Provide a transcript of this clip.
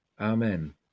Amen